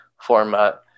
format